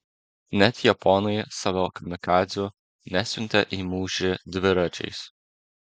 net japonai savo kamikadzių nesiuntė į mūšį dviračiais